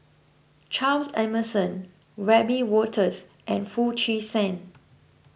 Charles Emmerson Wiebe Wolters and Foo Chee San